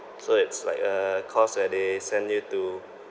so it's like a course where they send you to